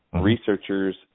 researchers